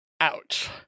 Ouch